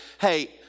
hey